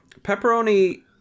pepperoni